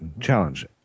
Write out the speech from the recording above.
challenge